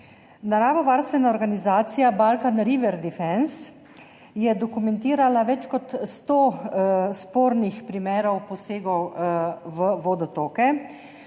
Naravovarstvena organizacija Balkan River Defence je dokumentirala več kot 100 spornih primerov posegov v vodotoke,